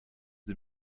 sie